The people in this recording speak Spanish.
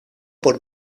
por